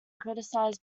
criticized